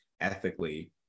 ethically